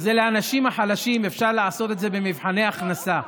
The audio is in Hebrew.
זה לאנשים החלשים, אפשר לעשות את זה במבחני הכנסה,